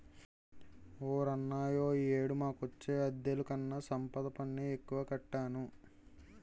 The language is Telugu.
ఓర్నాయనో ఈ ఏడు మాకొచ్చే అద్దెలుకన్నా సంపద పన్నే ఎక్కువ కట్టాను